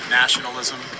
nationalism